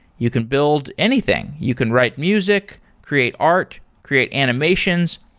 you can build anything. you can write music, create art, create animations,